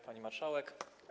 Pani Marszałek!